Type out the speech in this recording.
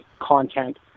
content